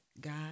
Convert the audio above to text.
God